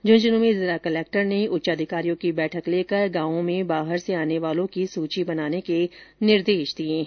झंझनं में जिला कलेक्टर ने उच्चाधिकारियों की बैठक लेकर गांवों में बाहर से आने वालों की सूची बनाने के निर्देश दिए हैं